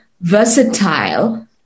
versatile